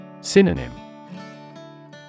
Synonym